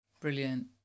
Brilliant